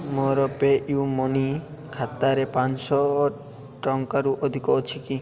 ମୋର PayU money ଖାତାରେ ପାଞ୍ଚଶହ ଟଙ୍କାରୁ ଅଧିକ ଅଛି କି